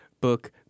book